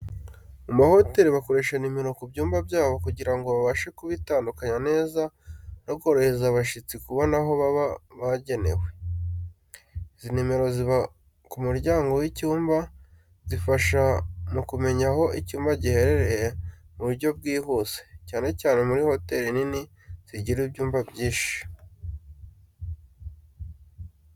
Mu mahoteli, bakoresha nimero ku byumba byabo kugira ngo babashe kubitandukanya neza no korohereza abashyitsi kubona aho baba bagenewe. Izi nimero ziba ku muryango w'icyumba zifasha mu kumenya aho icyumba giherereye mu buryo bwihuse, cyane cyane mu hoteli nini zigira ibyumba byinshi.